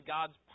God's